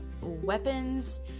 weapons